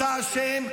אתה אשם.